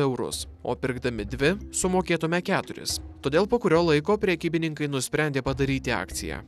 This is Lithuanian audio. eurus o pirkdami dvi sumokėtume keturis todėl po kurio laiko prekybininkai nusprendė padaryti akciją